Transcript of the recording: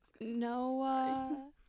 Noah